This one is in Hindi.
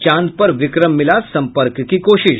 चांद पर विक्रम मिला सम्पर्क की कोशिश